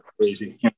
crazy